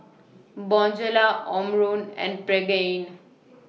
Bonjela Omron and Pregain